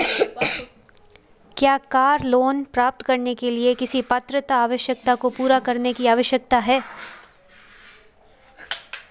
क्या car loan प्राप्त करने के लिए किसी पात्रता आवश्यकता को पूरा करने की आवश्यकता है?